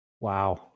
Wow